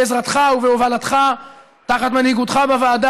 בעזרתך ובהובלתך ותחת מנהיגותך בוועדה,